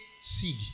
seed